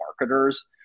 marketers